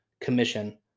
commission